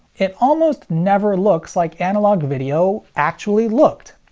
it almost never looks like analog video actually looked.